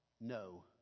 no